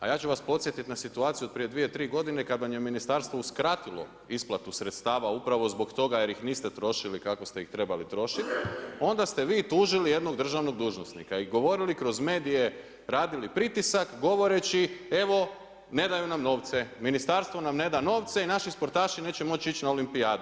A ja ću vas podsjetiti na situaciju od prije dvije, tri godine kada vam je ministarstvo uskratilo isplatu sredstava upravo zbog toga jer ih niste trošili kako ste ih trebali trošiti, onda ste vi tužili jednog državnog dužnosnika i govorili kroz medije, radili pritisak govoreći evo ne daju nam novce, ministarstvo nam ne da novce i naši sportaši neće moći ići na olimpijadu.